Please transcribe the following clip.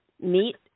meet